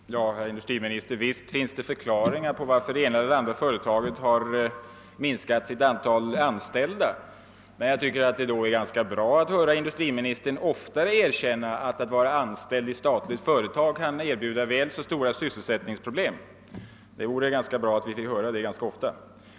Herr talman! Ja, herr industriminister, visst finns det förklaringar till varför det ena eller det andra företaget har minskat antalet anställda, men jag tycker att det vore roligt att litet oftare få höra industriministern erkänna att det kan erbjuda väl så stora sysselsättningsproblem att vara anställd i ett statligt företag. Det vore bra om vi fick höra det litet oftare.